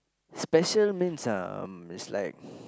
special means um it's like